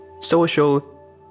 social